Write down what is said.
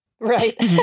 Right